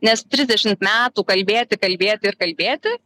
nes trisdešimt metų kalbėti kalbėti ir kalbėti